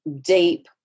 deep